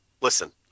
Listen